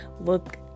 look